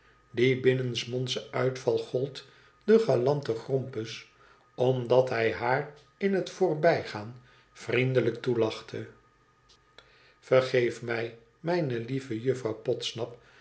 die binnensmondsche uitval gold den galanten grompus omdat hij haar in het voorbijgaan vriendelijk toelachte vergeef mij mijne lieve juffrouw podsnap